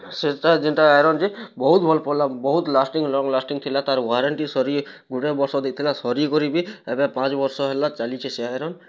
ସେଇଟା ଯେନ୍ଟା ଆଇରନ୍ ଯେ ବହୁତ୍ ଭଲ୍ ପଡ଼୍ଲା ବହୁତ୍ ଲାଷ୍ଟିଂ ଲଙ୍ଗ୍ ଲାଷ୍ଟିଂ ଥିଲା ତା'ର ୱାରେଣ୍ଟି ସରି ଗୋଟେ ବର୍ଷ ଦେଇ ଥିଲା ସରି କରି ବି ଏବେ ପାଞ୍ଚ ବର୍ଷ ହେଲା ଚାଲିଛି ସେ ଆଇରନ୍